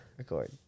record